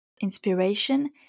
inspiration